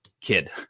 kid